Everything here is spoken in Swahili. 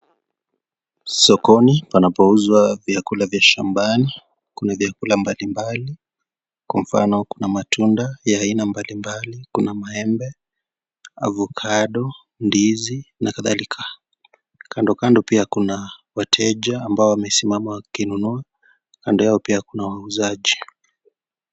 Sokoni panapouzwa vyakula vya shambani kuna vyakula mbalimbali kwa mfano; kuna matunda ya aina mbalimbali, kuna maembe, avokado , ndizi na kadhalika. Kandokando pia kuna wateja ambao wamesimama wakinunua, kando yao pia kuna wauzaji.